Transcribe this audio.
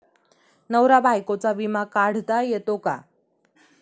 नवरा बायकोचा विमा काढता येतो का?